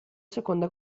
seconda